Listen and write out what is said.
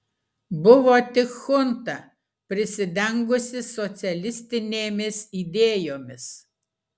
buvo tik chunta prisidengusi socialistinėmis idėjomis